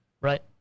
Right